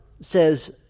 says